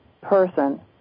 person